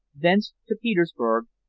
thence to petersburg,